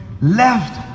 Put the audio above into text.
left